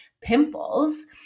pimples